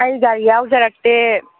ꯑꯩ ꯒꯥꯔꯤ ꯌꯥꯎꯖꯔꯛꯇꯦ